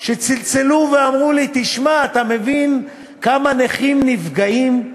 צלצלו ואמרו לי: תשמע, אתה מבין כמה נכים נפגעים?